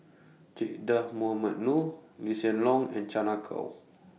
Che Dah Mohamed Noor Lee Hsien Loong and Chan Ah Kow